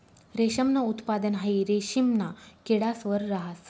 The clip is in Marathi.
रेशमनं उत्पादन हाई रेशिमना किडास वर रहास